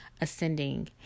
ascending